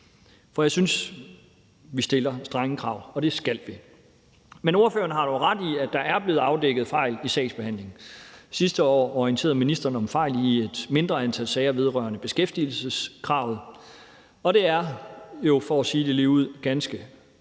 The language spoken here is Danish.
for jeg synes, vi stiller strenge krav, og det skal vi. Forespørgerne har dog ret i, at der er blevet afdækket fejl i sagsbehandlingen. Sidste år orienterede ministeren om fejl i et mindre antal sager vedrørende beskæftigelseskravet. Det er jo for at sige det ligeud ganske